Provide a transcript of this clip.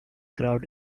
crowd